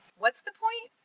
what's the point?